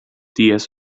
ties